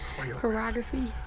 choreography